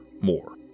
more